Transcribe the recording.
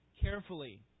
carefully